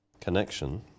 connection